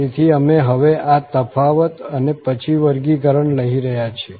તેથી અમે હવે આ તફાવત અને પછી વર્ગીકરણ લઈ રહ્યા છીએ